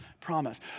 Promise